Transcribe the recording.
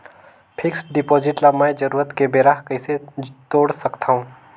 Fixed deposit ल मैं जरूरत के बेरा कइसे तोड़ सकथव?